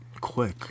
quick